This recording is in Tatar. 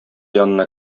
янына